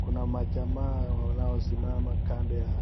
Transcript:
kuna majama wanao simama kando ya.